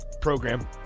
Program